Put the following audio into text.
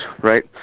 Right